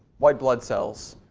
white blood cells.